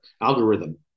algorithm